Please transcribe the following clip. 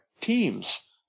teams